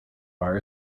bar